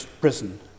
prison